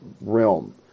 realm